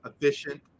efficient